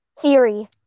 Theory